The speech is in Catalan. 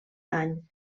any